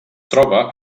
troba